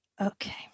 Okay